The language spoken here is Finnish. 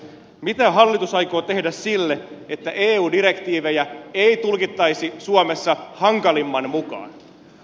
mitä hallitus aikoo tehdä sille että eu direktiivejä ei tulkittaisi suomessa hankalimman mukaan